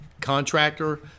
contractor